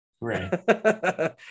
Right